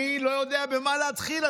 אני לא יודע במה להתחיל.